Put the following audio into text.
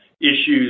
issues